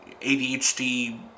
ADHD